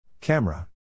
Camera